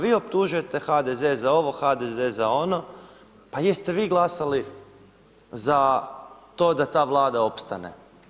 Vi optužujete HDZ za ovo, HDZ za ono, pa jeste vi glasali za to da ta Vlada opstane?